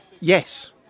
Yes